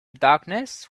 darkness